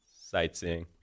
Sightseeing